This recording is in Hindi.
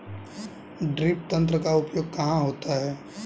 ड्रिप तंत्र का उपयोग कहाँ होता है?